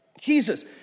Jesus